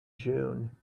june